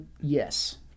Yes